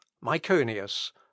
Myconius